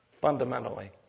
fundamentally